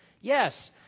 Yes